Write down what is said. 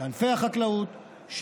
לענפי החקלאות,